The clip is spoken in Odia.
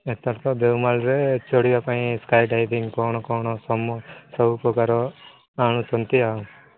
ଏଥର ତ ଦେଓମାଳିରେ ଚଢ଼ିବା ପାଇଁ ସ୍କାଏ ଡାଇଭିଂ କ'ଣ କ'ଣ ସମୂହ ସବୁ ପ୍ରକାର ଆଣୁଛନ୍ତି ଆଉ